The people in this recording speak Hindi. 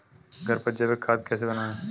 घर पर जैविक खाद कैसे बनाएँ?